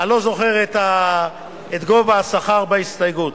אני לא זוכר את גובה השכר בהסתייגות.